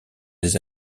les